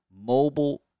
mobile